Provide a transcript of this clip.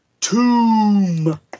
tomb